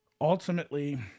ultimately